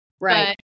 Right